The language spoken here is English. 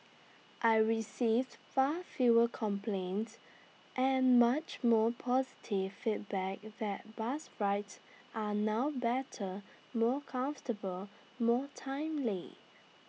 I received far fewer complaints and much more positive feedback that bus rides are now better more comfortable more timely